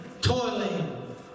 toiling